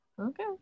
Okay